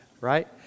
Right